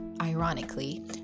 ironically